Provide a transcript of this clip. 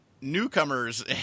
newcomers